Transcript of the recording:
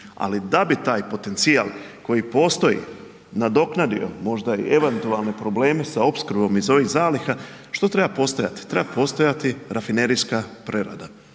ali da bi taj potencijal koji postoji nadoknadio možda i eventualne probleme sa opskrbom iz ovih zaliha, što treba postojati? Treba postojati rafinerijska prerada,